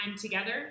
together